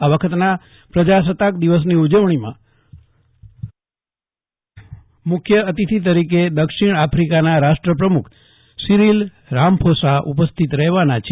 આ વખતના પ્રજાસત્તાક દિવસની ઉજવણીમાં મુખ્ય અતિથિ તરીકે દક્ષિણ આફ્રિકાના રાષ્ટ્રપ્રમુખ સીરીલ રામફોસા ઉપસ્થિત રહેવાના છે